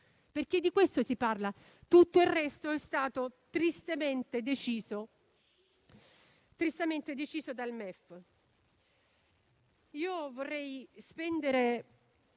perché di questo si parla. Tutto il resto è stato tristemente deciso dal MEF.